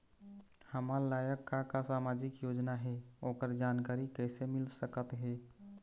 हमर लायक का का सामाजिक योजना हे, ओकर जानकारी कइसे मील सकत हे?